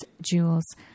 jewels